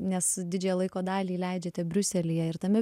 nes didžiąją laiko dalį leidžiate briuselyje ir tame